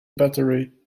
battery